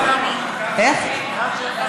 גם אני.